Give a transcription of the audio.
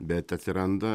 bet atsiranda